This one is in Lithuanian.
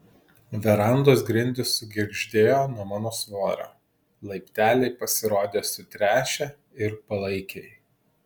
verandos grindys sugirgždėjo nuo mano svorio laipteliai pasirodė sutręšę ir palaikiai